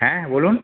হ্যাঁ বলুন